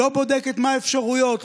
לא בודקת מה האפשרויות,